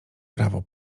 prawo